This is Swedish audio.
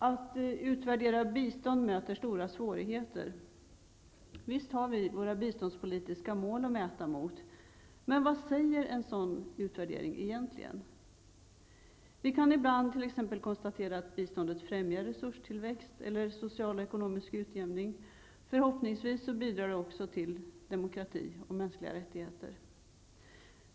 Att utvärdera bistånd möter stora svårigheter. Visst har vi våra biståndspolitiska mål att mäta mot, men vad säger en sådan utvärdering egentligen? Vi kan ibland t.ex. konstatera att biståndet främjar resurstillväxt eller social och ekonomisk utjämning. Förhoppningsvis bidrar det också till demokrati och mänskliga rättigheter.